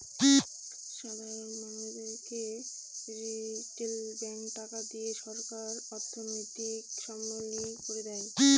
সাধারন মানুষদেরকে রিটেল ব্যাঙ্কে টাকা দিয়ে সরকার অর্থনৈতিক সাবলম্বী করে দেয়